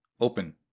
open